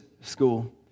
school